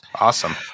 Awesome